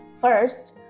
first